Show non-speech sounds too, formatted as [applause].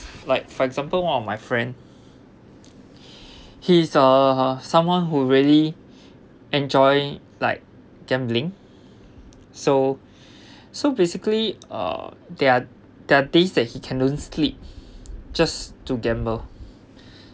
like for example one of my friend he's uh someone who really enjoying like gambling so [breath] so basically uh there are there are days that he can don't sleep just to gamble